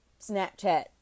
Snapchat